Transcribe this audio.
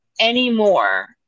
anymore